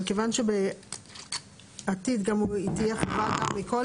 אבל כיוון שבעתיד כאמור תהיה חובה גם לכל,